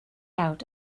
out